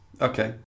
Okay